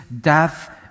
death